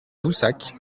voussac